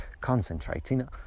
Concentrating